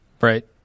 Right